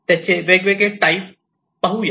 त्याचे वेगवेगळे टाइप बद्दल पाहूया